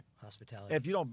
hospitality